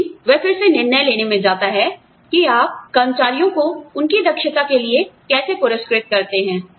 लेकिन वह फिर से निर्णय लेने में जाता है आप कर्मचारियों को उनकी दक्षता के लिए कैसे पुरस्कृत करते हैं